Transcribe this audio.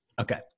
Okay